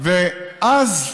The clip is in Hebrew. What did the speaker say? ואז,